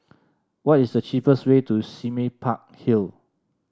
what is the cheapest way to Sime Park Hill